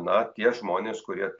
na tie žmonės kurie